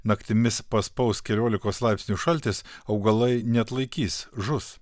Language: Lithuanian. naktimis paspaus keliolikos laipsnių šaltis augalai neatlaikys žus